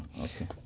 Okay